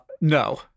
No